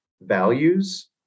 values